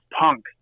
punk